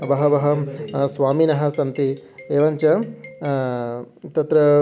बहवः स्वामिनः सन्ति एवञ्च तत्र